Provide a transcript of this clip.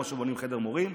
כמו שבונים חדר מורים,